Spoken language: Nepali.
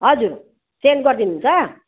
हजुर सेन्ड गरिदिनु हुन्छ